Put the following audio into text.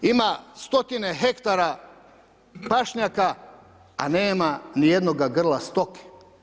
Ima stotine hektara pašnjaka, a nema niti jednoga grla stoke.